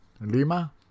Lima